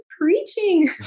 preaching